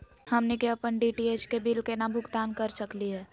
हमनी के अपन डी.टी.एच के बिल केना भुगतान कर सकली हे?